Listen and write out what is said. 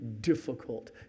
difficult